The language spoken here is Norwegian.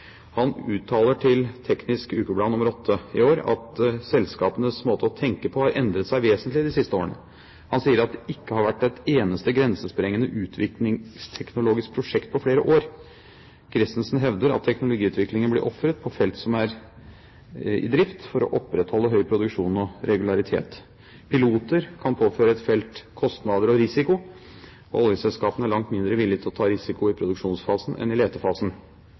Han uttaler til Teknisk Ukeblad nr. 8 for i år at selskapenes måte å tenke på har endret seg vesentlig de siste årene. Han sier at det ikke har vært et eneste grensesprengende utviklingsteknologisk prosjekt på flere år. Kristensen hevder at teknologiutviklingen blir ofret på felt som er i drift, for å opprettholde høy produksjon og regularitet. Piloter kan påføre et felt kostnader og risiko. Oljeselskapene er langt mindre villige til å ta risiko i produksjonsfasen enn i letefasen.